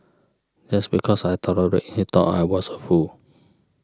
just because I tolerated he thought I was a fool